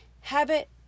habit